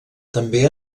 també